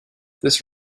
this